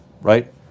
right